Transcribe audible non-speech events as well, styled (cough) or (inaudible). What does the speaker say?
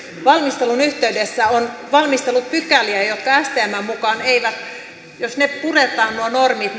valmistelun yhteydessä on valmistellut pykäliä jotka stmn mukaan eivät jos ne puretaan nuo normit (unintelligible)